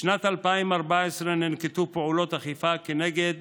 בשנת 2014 ננקטו פעולות אכיפה כנגד